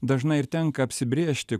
dažnai ir tenka apsibrėžti